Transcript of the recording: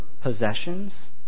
possessions